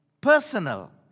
Personal